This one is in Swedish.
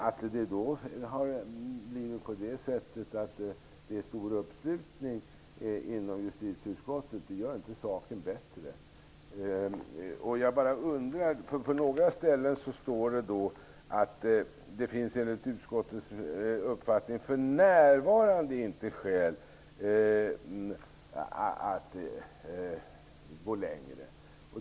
Att det sedan är stor uppslutning kring detta inom justitieutskottet gör inte saken bättre. I betänkandet står att det enligt utskottets uppfattning ''för närvarande'' inte finns skäl att gå längre.